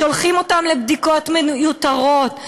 שולחים אותם לבדיקות מיותרות,